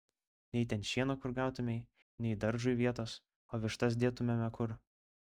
nei ten šieno kur gautumei nei daržui vietos o vištas dėtumėme kur